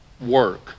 work